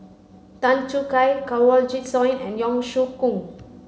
Tan Choo Kai Kanwaljit Soin and Yong Shu Hoong